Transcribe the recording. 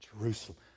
Jerusalem